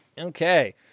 Okay